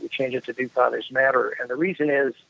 we changed it to do fathers matter, and the reason is